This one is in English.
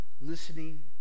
listening